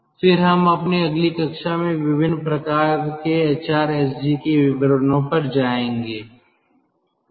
और फिर हम अपनी अगली कक्षा में विभिन्न प्रकार के एचआरएसजी के विवरणों पर जाएंगे